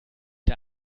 der